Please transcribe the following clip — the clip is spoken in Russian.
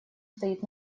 стоит